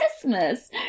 Christmas